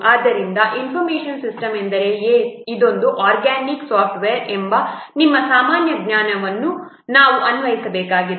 ಆದ್ದರಿಂದ information system ಎಂದರೆ ಇದೊಂದು ಆರ್ಗ್ಯಾನಿಕ್ ಸಾಫ್ಟ್ವೇರ್ ಎಂಬ ನಿಮ್ಮ ಸಾಮಾನ್ಯ ಜ್ಞಾನವನ್ನು ನಾವು ಅನ್ವಯಿಸಬೇಕಾಗಿದೆ